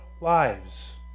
lives